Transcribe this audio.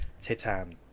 Titan